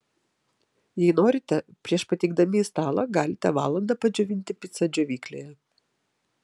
jei norite prieš pateikdami į stalą galite valandą padžiovinti picą džiovyklėje